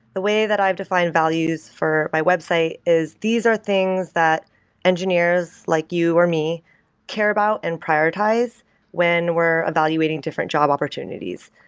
the way that i've defined values for my website is these are things that engineers like you or me care about and prioritize when we're evaluating different job opportunities.